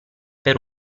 per